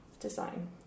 design